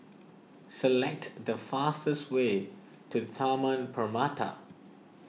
select the fastest way to Taman Permata